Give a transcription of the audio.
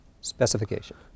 Specification